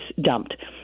dumped